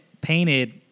painted